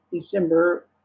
December